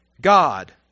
God